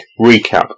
recap